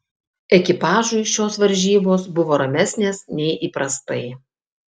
ekipažui šios varžybos buvo ramesnės nei įprastai